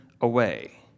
away